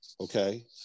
okay